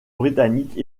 britanniques